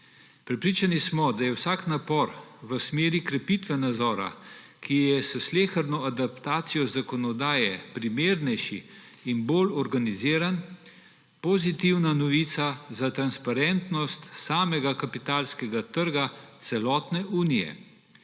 Prepričani smo, da je vsak napor v smeri krepitve nadzora, ki je s sleherno adaptacijo zakonodaje primernejši in bolj organiziran, pozitivna novica za transparentnost samega kapitalskega trga celotne Unije;